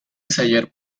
ayer